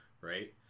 right